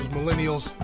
Millennials